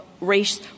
race